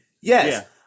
yes